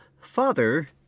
Father